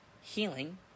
healing